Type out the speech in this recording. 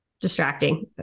distracting